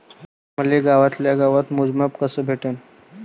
मले गावातल्या गावात मोजमाप कस भेटन?